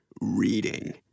Reading